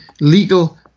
legal